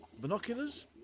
Binoculars